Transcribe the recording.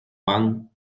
juan